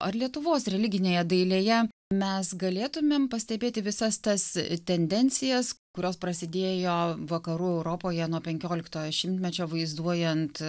ar lietuvos religinėje dailėje mes galėtumėm pastebėti visas tas tendencijas kurios prasidėjo vakarų europoje nuo penkioliktojo šimtmečio vaizduojant